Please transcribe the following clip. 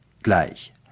gleich